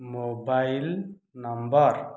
mobile number